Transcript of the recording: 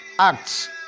Acts